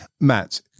matt